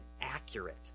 accurate